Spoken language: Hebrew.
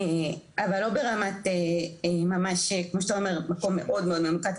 אבל לא ברמת ממש כמו שאתה אומר מקום מאוד מאוד ממוקד,